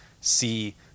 see